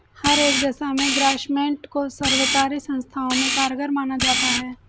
हर एक दशा में ग्रास्मेंट को सर्वकारी संस्थाओं में कारगर माना जाता है